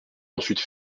ensuite